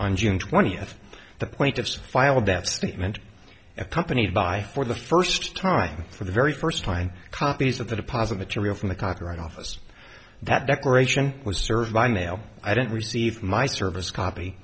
on june twentieth the point of file that statement accompanied by for the first time for the very first time copies of the deposit material from the copyright office that declaration was served by mail i didn't receive my service copy